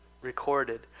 recorded